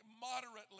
moderately